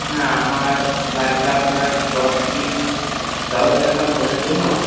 হ্যাঁ আমার লাগবে আপনার দশ পিস ব্লাউজ লাগবে আমার বোনের জন্য